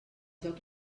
joc